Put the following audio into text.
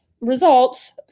results